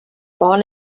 born